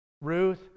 Ruth